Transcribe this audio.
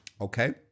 Okay